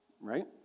right